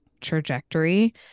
trajectory